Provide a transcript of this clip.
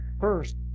First